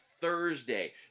Thursday